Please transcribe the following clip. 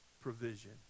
provision